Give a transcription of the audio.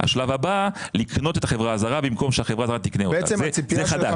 השלב הבא לקנות את החברה הזרה במקום שהחברה הזרה תקנה אותה זה חדש.